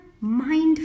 mind